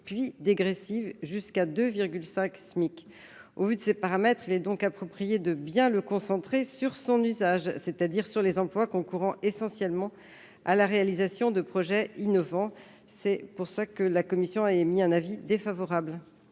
puis dégressive jusqu'à 2,5 Smic. Au vu de ces paramètres, il est donc approprié de bien concentrer ce dispositif sur son objet, c'est-à-dire sur les emplois concourant essentiellement à la réalisation de projets innovants. La commission émet un avis défavorable